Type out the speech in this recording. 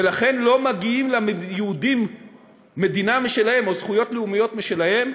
ולכן לא מגיעה ליהודים מדינה משלהם או זכויות לאומיות משלהם,